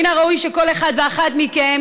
מן הראוי שכל אחד ואחת מכם